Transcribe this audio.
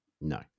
No